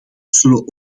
zullen